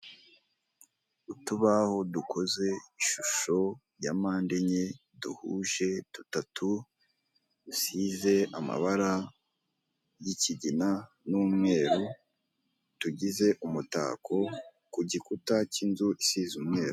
Abantu benshi bicaye mu cyumba cy'inama, imbere yabo hagaze umugore urimo abaganiriza, inyuma hari icyapa cyanditseho repubulika y'urwanda umujyi wa kigali.